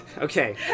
Okay